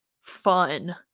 fun